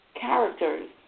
characters